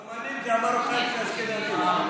הרומנים זה המרוקאים של האשכנזים.